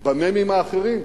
במ"מים האחרים.